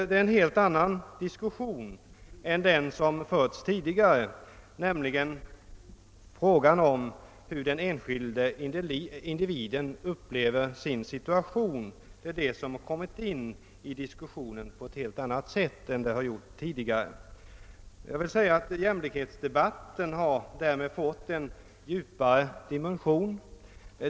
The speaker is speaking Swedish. Det är en helt annan diskussion än den som har förts tidigare, nämligen om hur den enskilde individen upplever sin situation. Den frågan har kommit under diskussion på ett helt annat sätt än tidigare. Jämlikhetsdebatten har därmed fått en djupare dimension.